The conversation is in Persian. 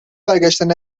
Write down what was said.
برگشتن